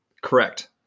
correct